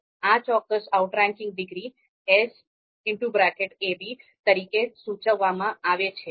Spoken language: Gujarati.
આ ચોક્કસ આઉટરેંકિંગ ડિગ્રી Sa b તરીકે સૂચવવામાં આવે છે